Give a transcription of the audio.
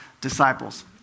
disciples